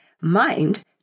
mind